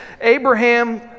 Abraham